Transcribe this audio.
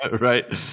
right